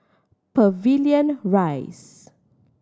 Pavilion Rise